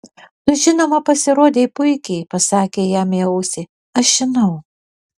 tu žinoma pasirodei puikiai pasakė jam į ausį aš žinau